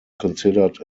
considered